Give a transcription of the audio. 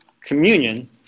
communion